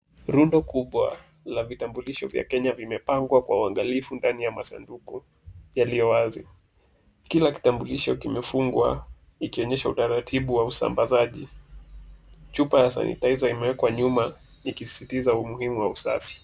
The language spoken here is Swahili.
Rundo kubwa la vitambulisho vya Kenya vimepangwa kwa uangalifu ndani ya masanduku yaliyo wazi. Kila kitambulisho limefungwa ikionyesha utaratibu wa usambazaji. Chupa ya sanitizer imewekwa nyuma ikisisitiza umuhimu wa usafi.